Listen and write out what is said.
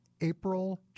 April